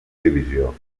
divisió